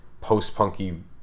post-punky